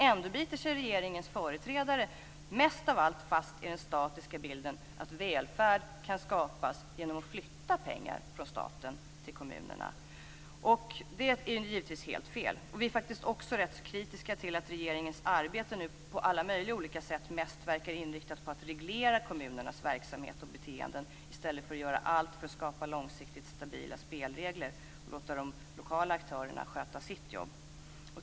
Ändå biter sig regeringens företrädare mest av allt fast i den statiska bilden av att välfärd kan skapas genom att flytta pengar från staten till kommunerna. Detta är givetvis helt fel. Vi i Folkpartiet är rätt kritiska till att regeringens arbete på alla möjliga olika sätt mest verkar inriktas på att reglera kommunernas verksamhet och beteenden. I stället borde man göra allt för att skapa långsiktigt stabila spelregler och låta de lokala aktörerna sköta sitt jobb.